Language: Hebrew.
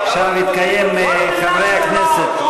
אפשר להתקיים מחברי הכנסת.